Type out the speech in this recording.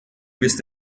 bist